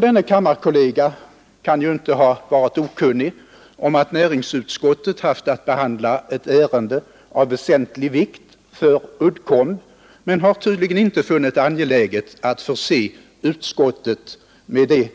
Denne kammarkollega kan ju inte ha varit okunnig om att näringsutskottet haft att behandla ett ärende av väsentlig vikt för Uddcomb men han har tydligen inte funnit det angeläget att förse utskottet med det